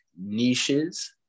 niches